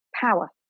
power